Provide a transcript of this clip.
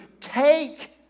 take